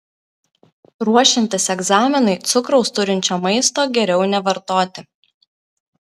ruošiantis egzaminui cukraus turinčio maisto geriau nevartoti